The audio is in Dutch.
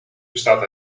bestaat